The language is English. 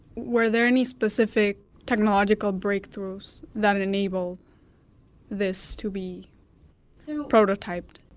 were there any specific technological breakthroughs that enable this to be prototyped?